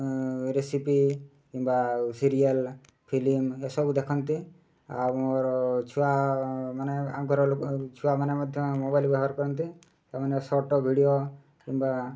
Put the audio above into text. recipe କିମ୍ବା ଆଉ serial film ଏସବୁ ଦେଖନ୍ତି ଆଉ ମୋର ଛୁଆମାନେ ଆଉ ଘର ଲୋକ ଛୁଆମାନେ ମଧ୍ୟ ମୋବାଇଲ୍ ବ୍ୟବହାର କରନ୍ତି ତାମାନେ ସର୍ଟ୍ ଭିଡ଼ିଓ କିମ୍ବା